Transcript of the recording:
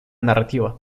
narrativa